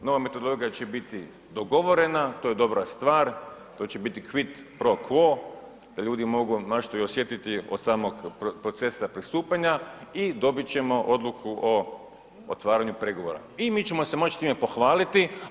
Nova metodologija će biti dogovorena, to je dobra stvar, to će biti quid pro quo da ljudi mogu … osjetiti od samog procesa pristupanja i dobit ćemo odluku o otvaranju pregovora i mi ćemo se moći time pohvaliti.